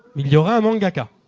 yeah mangaka